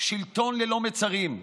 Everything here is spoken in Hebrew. שלטון ללא מצרים.